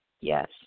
Yes